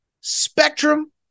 Spectrum